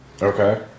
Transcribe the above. Okay